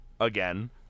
again